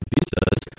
Visas